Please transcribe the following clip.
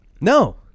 No